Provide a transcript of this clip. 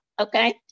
Okay